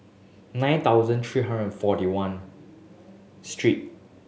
nine thousand three hundred and forty one street